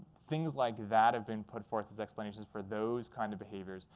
things like that have been put forth as explanations for those kind of behaviors.